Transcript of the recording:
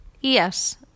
Yes